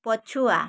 ପଛୁଆ